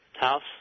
house